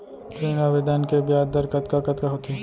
ऋण आवेदन के ब्याज दर कतका कतका होथे?